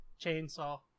chainsaw